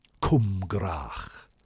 Kumgrach